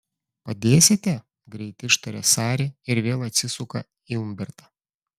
padėsite greit ištaria sari ir vėl atsisuka į umbertą